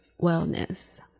Wellness